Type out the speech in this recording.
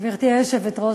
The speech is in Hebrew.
גברתי היושבת-ראש,